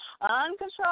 Uncontrolled